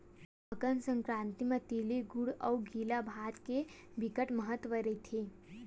मकर संकरांति म तिली गुर अउ गिला भात के बिकट महत्ता रहिथे